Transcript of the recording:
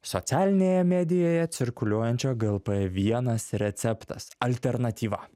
socialinėje medijoje cirkuliuojančio glp vienas receptas alternatyva